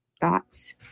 Thoughts